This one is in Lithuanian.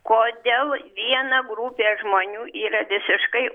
kodėl viena grupė žmonių yra visiškai